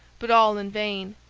but all in vain.